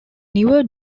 newer